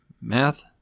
Math